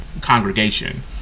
congregation